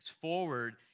forward